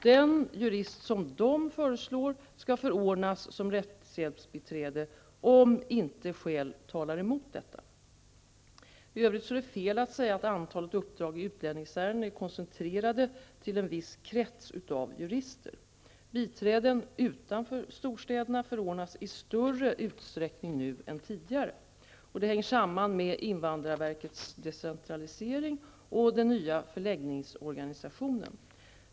Den jurist de föreslår skall förordnas som rättshjälpsbiträde om inte skäl talar emot detta. I övrigt är det fel att säga att antalet uppdrag i utlänningsärenden är koncentrerat till en viss krets av jurister. Biträden utanför storstäderna förordnas i större utsträckning nu än tidigare. Detta hänger samman med invandrarverkets decentralisering och den nya förläggningsorganisationen.